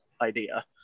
idea